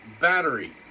battery